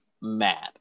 mad